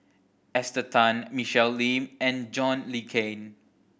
Esther Tan Michelle Lim and John Le Cain